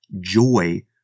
joy